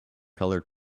colored